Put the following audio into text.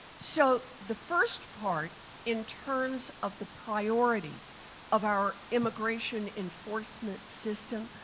so the first part in terms of the priority of our immigration enforcement system,